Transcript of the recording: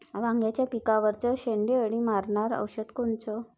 वांग्याच्या पिकावरचं शेंडे अळी मारनारं औषध कोनचं?